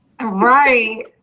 Right